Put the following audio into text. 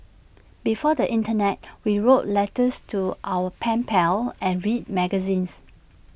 before the Internet we wrote letters to our pen pals and read magazines